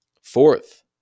Fourth